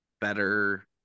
better